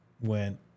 went